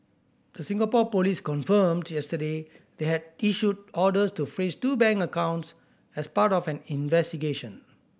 the Singapore police confirmed yesterday they had issued orders to freeze two bank accounts as part of an investigation